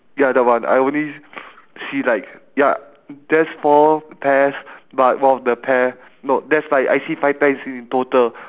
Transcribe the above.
ya the one I only see like ya there's four pears but one of the pear no there's like I see five pears in total